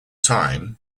time